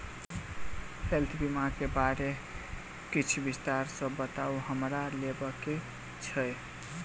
Health बीमा केँ बारे किछ विस्तार सऽ बताउ हमरा लेबऽ केँ छयः?